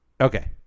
Okay